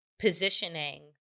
positioning